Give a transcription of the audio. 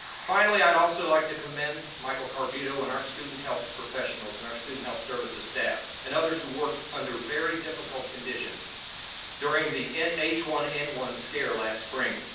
finally, i'd also like to commend michael carbuto and our student health professionals and our student health services staff. and other who worked under very difficult conditions during the h one n one scare last spring.